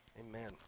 Amen